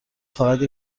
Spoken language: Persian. فقط